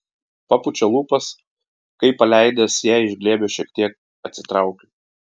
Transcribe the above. papučia lūpas kai paleidęs ją iš glėbio šiek tiek atsitraukiu